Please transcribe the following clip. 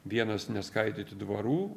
vienas neskaidyti dvarų